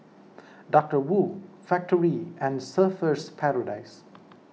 Doctor Wu Factorie and Surfer's Paradise